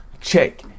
check